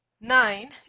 nine